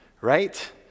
Right